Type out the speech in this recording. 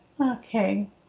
Okay